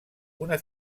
una